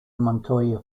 montoya